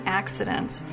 accidents